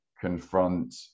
confront